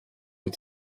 wyt